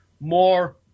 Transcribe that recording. more